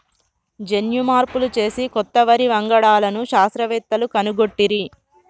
జన్యు మార్పులు చేసి కొత్త వరి వంగడాలను శాస్త్రవేత్తలు కనుగొట్టిరి